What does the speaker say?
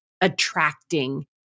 attracting